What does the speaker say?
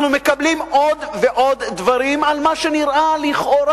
אנחנו מקבלים עוד ועוד דברים על מה שנראה לכאורה,